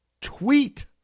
tweet